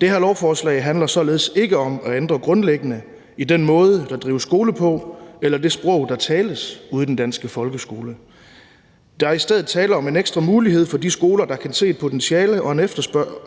Det her lovforslag handler således ikke om at ændre grundlæggende i den måde, der drives skole på, eller i det sprog, der tales ude i den danske folkeskole. Der er i stedet tale om en ekstra mulighed for de skoler, der kan se et potentiale og en